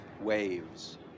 waves